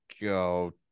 go